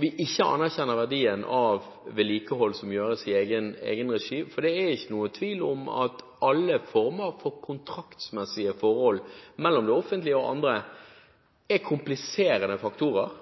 vi ikke anerkjenner verdien av vedlikehold som gjøres i egen regi, for det er ingen tvil om at alle former for kontraktsmessige forhold mellom det offentlige og andre er kompliserende faktorer